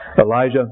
Elijah